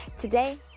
Today